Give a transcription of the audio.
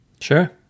Sure